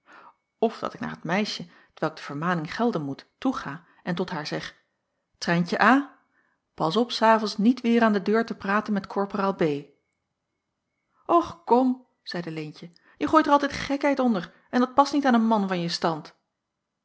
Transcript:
of dat ik naar het meisje t welk de vermaning gelden moet toega en tot haar zeg trijntje a pas op s avonds niet weêr aan de deur te praten met korporaal b och kom zeide leentje je gooit er altijd gekheid onder en dat past niet aan een man van je stand